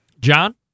John